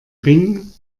ring